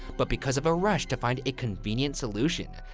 but because of a rush to find a convenient solution,